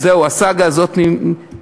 זהו, הסאגה הזאת נגמרה.